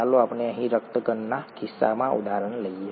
ચાલો આપણે અહીં રક્તગણના કિસ્સામાં ઉદાહરણ લઈએ